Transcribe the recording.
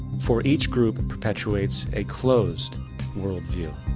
for each group perpetuates a closed world view.